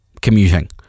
commuting